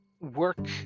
work